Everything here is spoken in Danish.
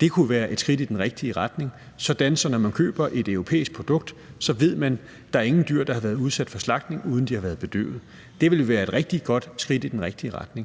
Det kunne jo være et skridt i den rigtige retning, sådan at man, når man køber et europæisk produkt, ved, at der ikke er nogen dyr, der har været udsat for slagtning, uden at de har været bedøvet. Det vil være et rigtig godt skridt i den rigtige retning.